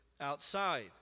outside